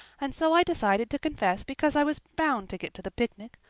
and so i decided to confess because i was bound to get to the picnic.